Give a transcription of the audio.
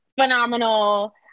phenomenal